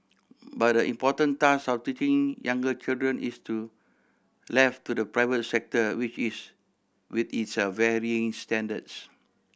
but the important task of teaching younger children is to left to the private sector which its with its a varying standards